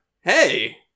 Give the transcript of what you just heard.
Hey